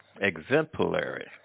exemplary